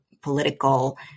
political